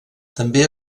també